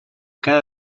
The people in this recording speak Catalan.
cada